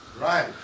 Right